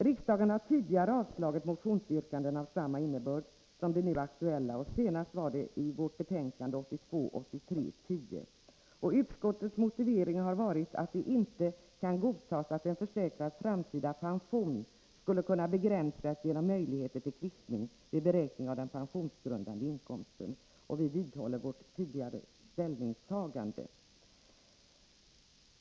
Riksdagen har tidigare avslagit motionsyrkanden av samma innebörd som de nu aktuella, och frågan behandlades senast i vårt betänkande 1982/83:10. Utskottets motivering har varit att det inte kan godtas att en försäkrads framtida pension skulle kunna begränsas genom möjligheter till kvittning vid beräkning av den pensionsgrundande inkomsten, och vi vidhåller nu vårt tidigare ställningstagande.